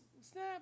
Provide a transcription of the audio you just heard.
snap